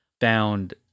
found